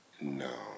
No